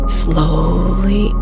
slowly